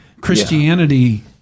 Christianity